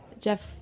Jeff